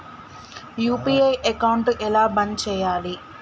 UPI account ఎలా బంద్ చేయాలి?